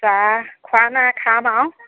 চাহ খোৱা নাই খাম আৰু